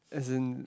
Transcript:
as in